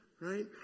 Right